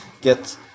get